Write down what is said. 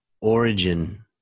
origin